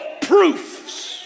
proofs